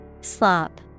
Slop